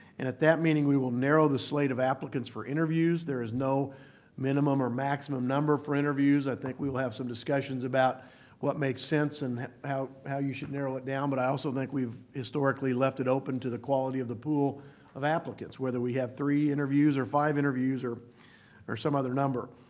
and at that meeting we will narrow the slate of applicants for interviews. there is no minimum or maximum number for interviews. i think we will have some discussions about what makes sense and how how you should narrow it down but i also think we've historically left it open to the quality of the pool of applicants whether we have three interviews or five interviews or or some other number.